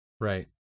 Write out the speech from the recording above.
Right